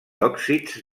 òxids